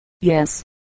Yes